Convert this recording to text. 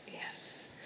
Yes